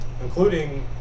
Including